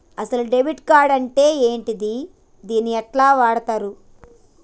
అసలు debit card అంటే ఏంటిది? దీన్ని ఎట్ల వాడుతరు?